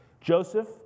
Joseph